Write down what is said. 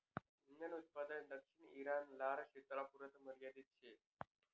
हिंगन उत्पादन दक्षिण ईरान, लारक्षेत्रपुरता मर्यादित शे